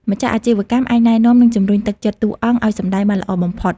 ម្ចាស់អាជីវកម្មអាចណែនាំ និងជំរុញទឹកចិត្តតួអង្គឲ្យសម្ដែងបានល្អបំផុត។